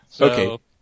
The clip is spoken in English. Okay